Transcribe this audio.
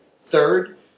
Third